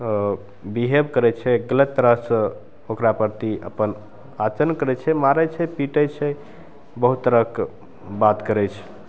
behave करै छै गलत तरहसे ओकरा प्रति अपन आचरण करै छै मारै छै पिटै छै बहुत तरहके बात करै छै